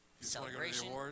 Celebration